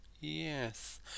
yes